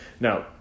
Now